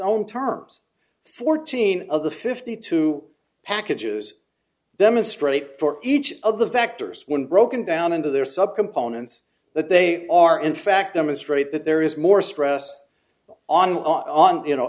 own terms fourteen of the fifty two packages demonstrate for each of the factors when broken down into their subcomponents that they are in fact them a straight that there is more stress on on you know